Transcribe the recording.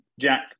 jack